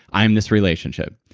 i'm this relationship.